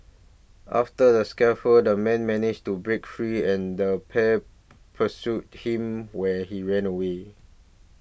after the scuffle the man managed to break free and the pair pursued him when he ran away